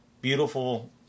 beautiful